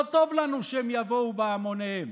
לא טוב לנו שהם יבואו בהמוניהם,